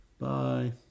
Bye